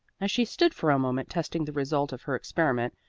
as she stood for a moment testing the result of her experiment,